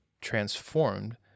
transformed